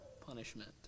punishment